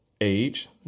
age